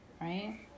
right